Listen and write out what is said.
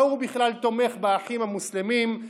ההוא בכלל תומך באחים המוסלמים,